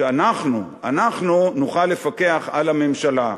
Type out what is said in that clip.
נוכל לפקח על הממשלה.